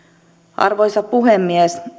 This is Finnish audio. arvoisa puhemies